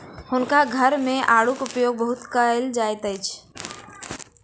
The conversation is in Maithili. हुनका घर मे आड़ूक उपयोग बहुत कयल जाइत अछि